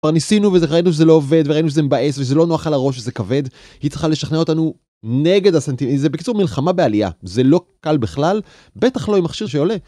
כבר ניסינו וראינו שזה לא עובד וראינו שזה מבאס וזה לא נוח על הראש וזה כבד. היא צריכה לשכנע אותנו נגד הסנטימנטים זה בקיצור מלחמה בעלייה זה לא קל בכלל בטח לא עם מכשיר שעולה.